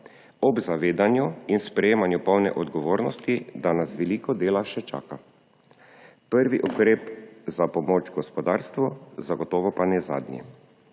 ob zavedanju in sprejemanju polne odgovornosti, da nas veliko dela še čaka - prvi ukrep za pomoč gospodarstvu, zagotovo pa ne zadnji.